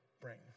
bring